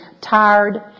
tired